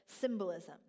symbolism